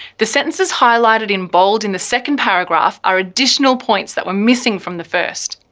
the sentences highlighted in bold in the second paragraph are additional points that were missing from the first.